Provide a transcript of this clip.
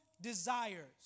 desires